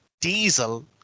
diesel